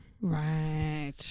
Right